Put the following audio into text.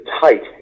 tight